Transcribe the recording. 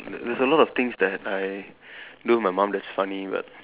there there's a lot of things that I do with my mum that's funny but